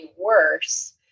worse